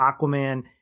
Aquaman